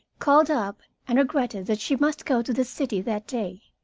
called up and regretted that she must go to the city that day.